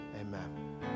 Amen